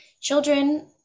children